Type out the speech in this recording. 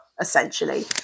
essentially